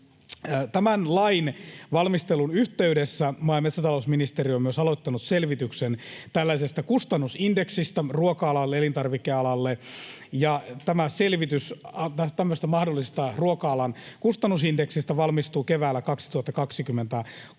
Tämän lain valmistelun yhteydessä maa- ja metsätalousministeriö on myös aloittanut selvityksen tällaisesta kustannusindeksistä ruoka-alalle, elintarvikealalle. Tämä selvitys tämmöisestä mahdollisesta ruoka-alan kustannusindeksistä valmistuu keväällä 2023.